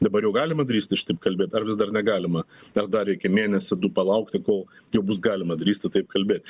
dabar jau galima drįsti šitaip kalbėt ar vis dar negalima ar dar reikia mėnesį du palaukti kol jau bus galima drįsti taip kalbėt